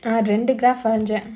ah ரெண்டு:rendu graph வரஞ்ச:varanja